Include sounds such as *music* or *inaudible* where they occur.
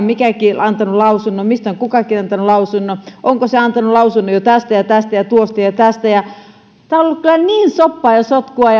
*unintelligible* mikäkin antanut lausunnon mistä on kukakin antanut lausunnon onko se antanut lausunnon jo tästä ja tästä ja tuosta ja ja tästä tämä on ollut kyllä niin soppaa ja sotkua *unintelligible*